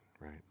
right